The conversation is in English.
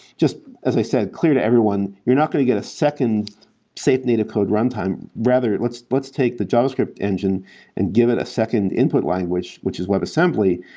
just as i said, clear to everyone. you're not going to second safe native code runtime. rather, let's let's take the javascript engine and give it a second input language, which is webassembly.